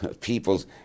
people's